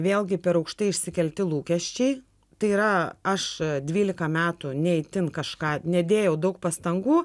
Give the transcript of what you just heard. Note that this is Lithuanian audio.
vėlgi per aukštai išsikelti lūkesčiai tai yra aš dvylika metų ne itin kažką nedėjau daug pastangų